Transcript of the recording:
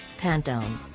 Pantone